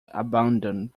abandoned